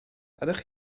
ydych